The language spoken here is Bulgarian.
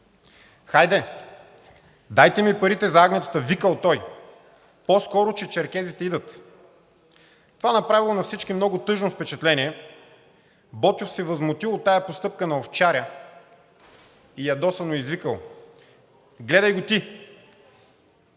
„Хайде, дайте ми парите за агнетата, викал той. По-скоро, че черкезите идат.“ Това направило на всички много тъжно впечатление. Ботйов се възмутил от тази постъпка на овчаря и ядосано извикал: „Гледай го ти,